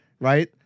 right